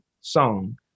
song